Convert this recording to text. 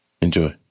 Enjoy